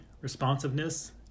responsiveness